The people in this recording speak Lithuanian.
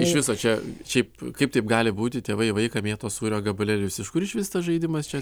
iš viso čia šiaip kaip taip gali būti tėvai į vaiką mėto sūrio gabalėlius iš kur išvis tas žaidimas čia